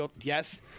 Yes